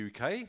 UK